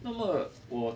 那么我